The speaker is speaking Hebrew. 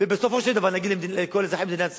ובסופו של דבר נגיד לכל אזרחי מדינת ישראל: